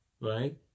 Right